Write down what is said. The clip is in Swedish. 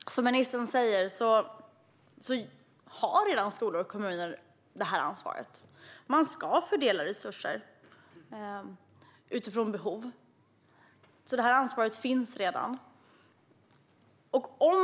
Herr talman! Som ministern säger har skolor och kommuner redan detta ansvar - man ska fördela resurser utifrån behov. Detta ansvar finns alltså redan.